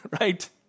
right